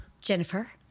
Jennifer